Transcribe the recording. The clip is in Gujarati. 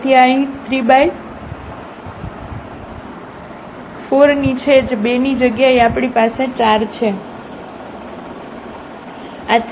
તેથી આ અહીં 34 ની છે 2 ની જગ્યાએ આપણી પાસે 4 છે